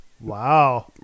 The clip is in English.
Wow